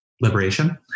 liberation